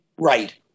Right